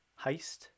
heist